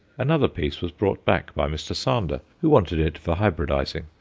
another piece was bought back by mr. sander, who wanted it for hybridizing,